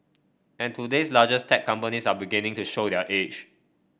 and today's largest tech companies are beginning to show their age